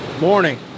Morning